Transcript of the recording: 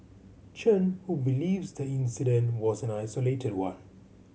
Chen who believes the incident was an isolated one